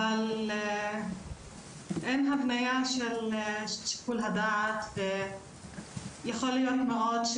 אבל אין הבניה של שיקול הדעת ויכול מאוד להיות,